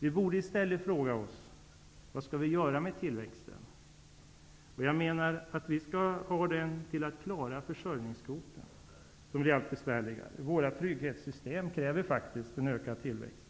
Vi borde i stället fråga oss: Vad skall vi göra med tillväxten? Jag menar att vi med den skall klara försörjningskvoten, som blir allt besvärligare. Med våra trygghetssystem krävs det faktiskt en ökad tillväxt.